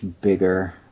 bigger